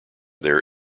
their